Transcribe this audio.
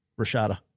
Rashada